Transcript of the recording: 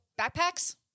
backpacks